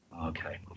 Okay